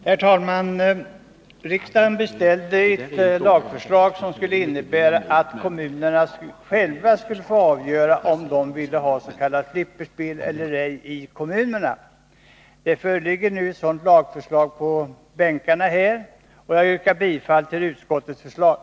Herr talman! Riksdagen beställde ett lagförslag som skulle innebära att kommunerna själva fick avgöra om de ville ha s.k. flipperspel eller ej. Det föreligger nu ett sådant lagförslag, och jag yrkar bifall till utskottets hemställan.